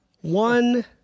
one